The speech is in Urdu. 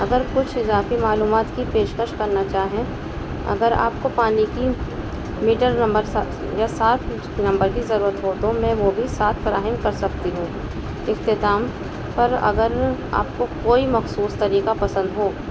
اگر کچھ اضافی معلومات کی پیشکش کرنا چاہیں اگر آپ کو پانی کی میٹر نمبر سات یا ساتھ نمبر کی ضرورت ہو تو میں وہ بھی ساتھ فراہم کر سکتی ہوں اختتام پر اگر آپ کو کوئی مخصوص طریقہ پسند ہو